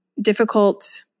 difficult